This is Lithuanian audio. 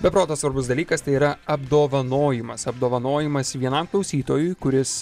be proto svarbus dalykas tai yra apdovanojimas apdovanojimas vienam klausytojui kuris